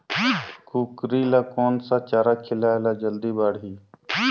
कूकरी ल कोन सा चारा खिलाय ल जल्दी बाड़ही?